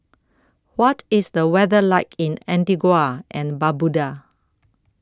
What IS The weather like in Antigua and Barbuda